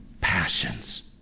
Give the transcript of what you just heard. passions